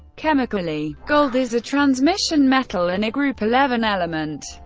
chemically, gold is a transition metal and a group eleven element.